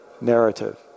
narrative